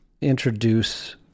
introduce